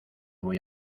voy